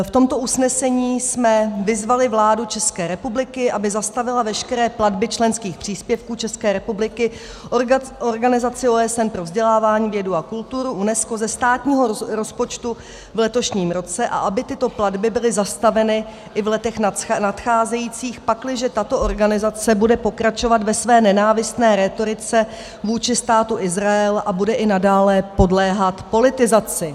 V tomto usnesení jsme vyzvali vládu České republiky, aby zastavila veškeré platby členských příspěvků České republiky organizaci OSN pro vzdělávání, vědu a kulturu UNESCO ze státního rozpočtu v letošním roce a aby tyto platby byly zastaveny i v letech nadcházejících, pakliže tato organizace bude pokračovat ve své nenávistné rétorice vůči Státu Izrael a bude i nadále podléhat politizaci.